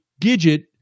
Gidget